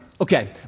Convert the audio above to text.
okay